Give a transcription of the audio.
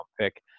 pick